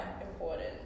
important